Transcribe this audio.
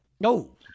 No